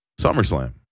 SummerSlam